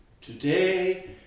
Today